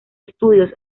estudios